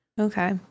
Okay